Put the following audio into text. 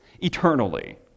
eternally